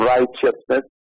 Righteousness